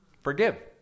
forgive